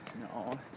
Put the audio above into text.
No